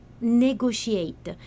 negotiate